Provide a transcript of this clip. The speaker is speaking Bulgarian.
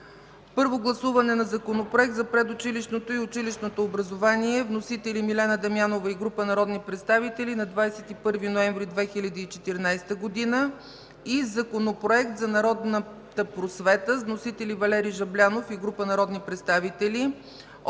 Първо гласуване на Законопроекта за предучилищното и училищното образование. Вносители са Милена Дамянова и група народни представители на 21 ноември 2014 г., и Законопроекта за народната просвета с вносители Валери Жаблянов и група народни представители